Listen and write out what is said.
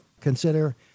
consider